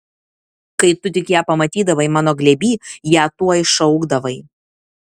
kai tu tik ją pamatydavai mano glėby ją tuoj šaukdavai